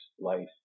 life